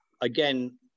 again